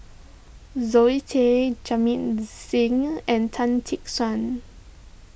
Zoe Tay Jamit Singh and Tan Tee Suan